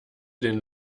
den